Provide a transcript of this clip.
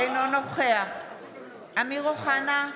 אינו נוכח אמיר אוחנה,